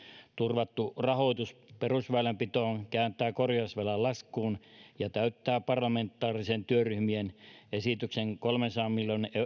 turvattu rahoitus perusväylänpitoon kääntää korjausvelan laskuun ja täyttää parlamentaarisen työryhmän esityksen kolmensadan